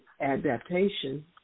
adaptation